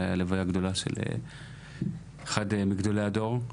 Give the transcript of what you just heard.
הייתה לוויה של אחד מגדולי הדור,